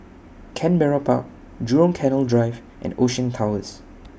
Canberra Park Jurong Canal Drive and Ocean Towers